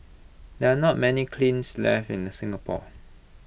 there are not many kilns left in Singapore